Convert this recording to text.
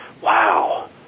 wow